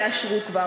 תאשרו כבר.